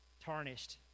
tarnished